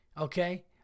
okay